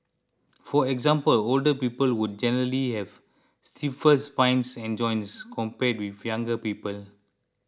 for example older people would generally have stiffer spines and joints compared with younger people